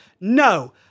No